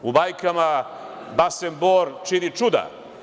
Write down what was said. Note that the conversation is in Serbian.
U bajkama Basen Bor čini čudo.